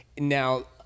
Now